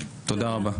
תודה רבה.